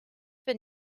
been